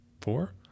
four